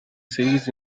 cities